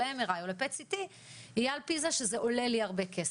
ל-MRI או ל-PET-CT יהיה על פי זה שזה עולה לי הרבה כסף.